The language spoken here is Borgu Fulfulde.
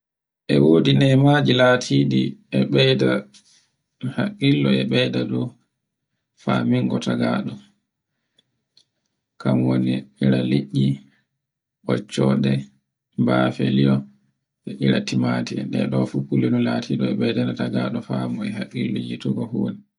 E wodi nyemaje latiɗi e ɓeyda haɓɓillo e ɓeyda dow famingo tagaɗo. Kan womni ire liɗɗi, ɓoccoɗe, bafe li'o, e ira timati en ɗe ɗo fu kullino lati ne ɓeydanata tagaɗo famu e hakki yutogo fu woni.